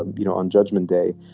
um you know, on judgment day,